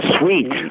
Sweet